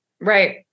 Right